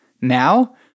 now